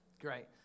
Great